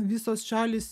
visos šalys